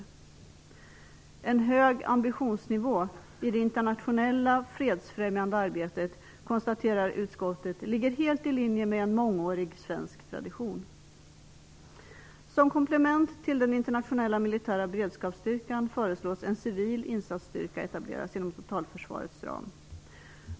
Utskottet konstaterar att en hög ambitionsnivå i det internationella fredsfrämjande arbetet ligger helt i linje med en mångårig svensk tradition. Som komplement till den internationella militära beredskapsstyrkan föreslås att en civil insatsstyrka etableras inom totalförsvarets ram.